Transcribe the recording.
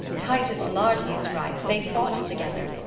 titus lartius writes they fought together,